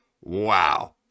Wow